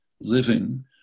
living